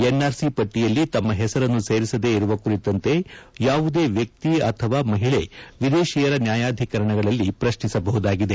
NRC ಪಟ್ಟಿಯಲ್ಲಿ ತಮ್ಮ ಹೆಸರನ್ನು ಸೇರಿಸದೇ ಇರುವ ಕುರಿತಂತೆ ಯಾವುದೇ ವ್ಯಕ್ತಿ ಅಥವಾ ಮಹಿಳೆ ವಿದೇಶಿಯರ ನ್ಯಾಯಾಧಿಕರಣಗಳಲ್ಲಿ ಪ್ರಶ್ನಿಸಬಹುದಾಗಿದೆ